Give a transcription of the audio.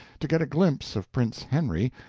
to get a glimpse of prince henry,